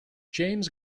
james